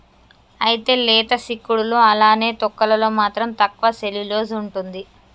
అయితే లేత సిక్కుడులో అలానే తొక్కలలో మాత్రం తక్కువ సెల్యులోస్ ఉంటుంది